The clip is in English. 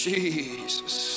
Jesus